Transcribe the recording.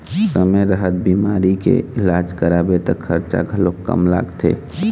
समे रहत बिमारी के इलाज कराबे त खरचा घलोक कम लागथे